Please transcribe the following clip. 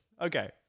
Okay